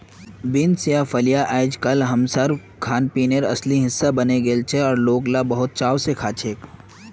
beans या फलियां अइजकाल हमसार खानपीनेर असली हिस्सा बने गेलछेक और लोक इला बहुत चाव स खाछेक